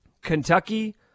Kentucky